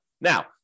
Now